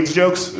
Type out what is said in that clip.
jokes